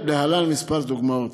להלן דוגמאות